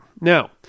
Now